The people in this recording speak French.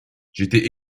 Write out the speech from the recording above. j’étais